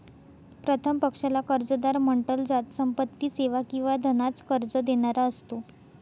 प्रथम पक्षाला कर्जदार म्हंटल जात, संपत्ती, सेवा किंवा धनाच कर्ज देणारा असतो